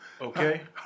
okay